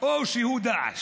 או שהוא דאעש.